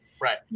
Right